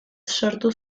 sortu